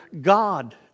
God